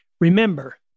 Remember